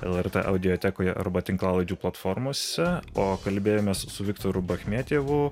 lrtaudiotekoje arba tinklalaidžių platformose o kalbėjomės su viktoru bachmetjevu